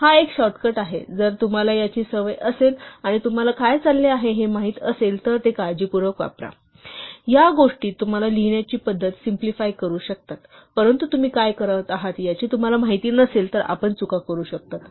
हा एक शॉर्टकट आहे जर तुम्हाला याची सवय असेल आणि तुम्हाला काय चालले आहे ते माहित असेल तर ते काळजीपूर्वक वापरा ह्या गोष्टी तुम्हाला लिहिण्याची पद्धत सिम्प्लिफाय करू शकतात परंतु तुम्ही काय करत आहात याची तुम्हाला माहिती नसेल तर आपण चुका करू शकतात